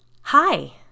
Hi